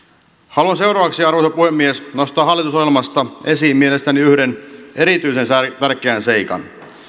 haluan seuraavaksi arvoisa puhemies nostaa hallitusohjelmasta esiin mielestäni yhden erityisen tärkeän seikan